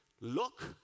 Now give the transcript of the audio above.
look